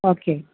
okay